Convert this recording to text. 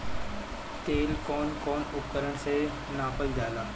तेल कउन कउन उपकरण से नापल जाला?